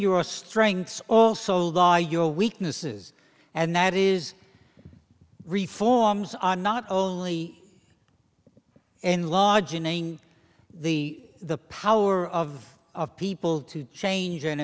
your strengths also law your weaknesses and that is reforms are not only in large inning the the power of of people to change and